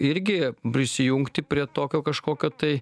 irgi prisijungti prie tokio kažkokio tai